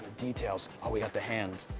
details how we got the hands.